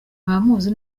abamuzi